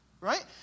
right